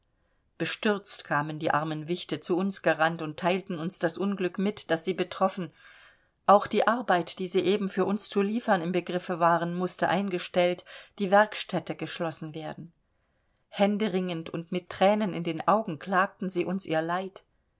bestürzt kamen die armen wichte zu uns gerannt und teilten uns das unglück mit das sie betroffen auch die arbeit die sie eben für uns zu liefern im begriffe waren mußte eingestellt die werkstätte geschlossen werden händeringend und mit thränen in den augen klagten sie uns ihr leid